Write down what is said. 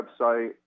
website